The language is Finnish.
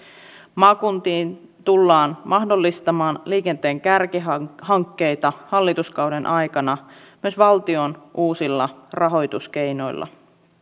maakuntiin tullaan mahdollistamaan liikenteen kärkihankkeita hallituskauden aikana myös valtion uusilla rahoituskeinoilla